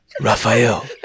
Raphael